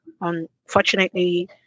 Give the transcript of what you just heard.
Unfortunately